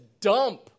dump